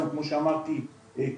כמו שאמרתי,